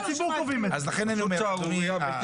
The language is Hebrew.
זאת פשוט שערורייה.